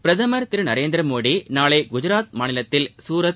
பிரதமர் திரு நரேந்திரமோடி நாளை குஜராத் மாநிலத்தில் சூரத்